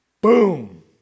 Boom